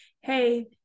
hey